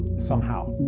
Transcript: somehow.